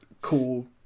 Cool